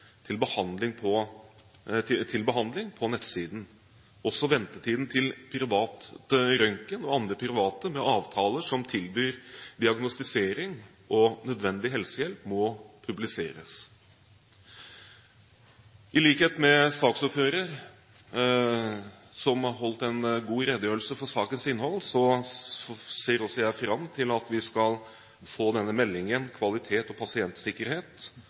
til behandling på nettsiden. Også ventetiden til privat røntgen og andre private med avtaler som tilbyr diagnostisering og nødvendig helsehjelp, må publiseres. I likhet med saksordføreren, som holdt en god redegjørelse for sakens innhold, ser også jeg fram til at vi skal få meldingen om kvalitet og pasientsikkerhet